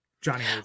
Johnny